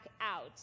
out